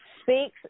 speaks